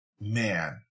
Man